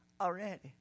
already